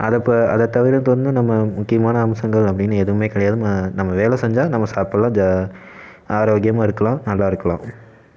அதை இப்போ அதை தவிர இப்போ வந்து நம்ம முக்கியமான அம்சங்கள் அப்படின்னு எதுவுமே கிடையாது நம்ம நம்ம வேலை செஞ்சால் நம்ம சாப்பிட்லாம் ஆரோக்கியமாக இருக்கலாம் நல்லாயிருக்குலாம்